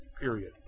period